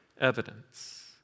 evidence